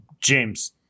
James